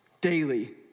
daily